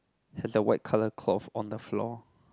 has a white colour cloth on the floor